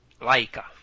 Laika